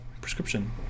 prescription